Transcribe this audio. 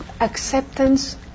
acceptance